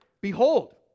Behold